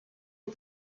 est